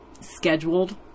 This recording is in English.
scheduled